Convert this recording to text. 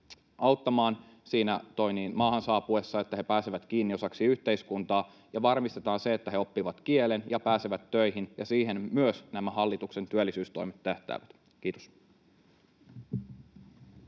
auttamaan maahan saapuessa, niin että he pääsevät kiinni osaksi yhteiskuntaa, ja sitten varmistetaan, että he oppivat kielen ja pääsevät töihin, ja siihen myös nämä hallituksen työllisyystoimet tähtäävät. — Kiitos.